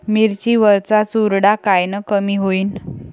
मिरची वरचा चुरडा कायनं कमी होईन?